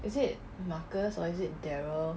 is it marcus or is it darryl